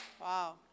Wow